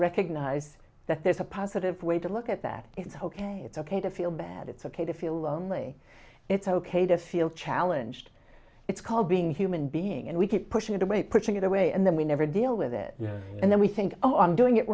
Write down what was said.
recognise that there's a positive way to look at that it's ok it's ok to feel bad it's ok to feel lonely it's ok to feel challenged it's called being human being and we keep pushing it away pushing it away and then we never deal with it and then we think oh i'm doing it